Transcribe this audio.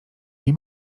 nie